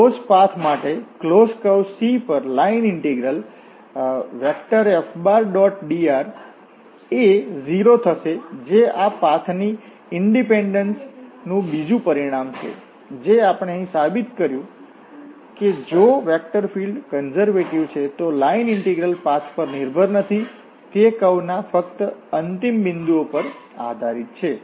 તેથી closed path માટેક્લોસ્ડ curve C પર લાઇન ઇન્ટીગ્રલ F⋅dr એ 0 થશે જે આ પાથની ઇન્ડીપેંડન્શ નું બીજું પરિણામ છે જે આપણે અહીં સાબિત કર્યું છે કે જો વેક્ટર ફીલ્ડ્ કન્ઝર્વેટિવ છે તો લાઇન ઇન્ટીગ્રલ પાથ પર નિર્ભર નથી તે કર્વ ના ફક્ત અંતિમ બિંદુઓ પર આધારિત છે